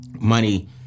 Money